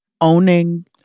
owning